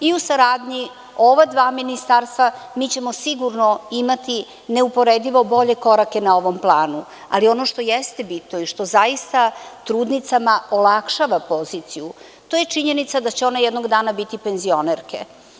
U saradnji ova dva ministarstva mi ćemo imati sigurno neuporedivo bolje korake na ovom planu, ali ono što jeste bitno i što zaista trudnicama olakšava poziciju jeste činjenica da će one jednog dana biti penzionerke.